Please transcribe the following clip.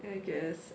I guess